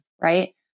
right